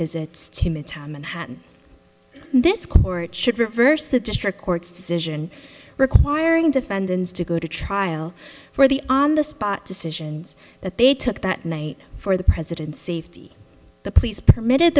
visits to midtown manhattan this court should reverse the district court's decision requiring defendants to go to trial for the on the spot decisions that they took that night for the president's safety the police permitted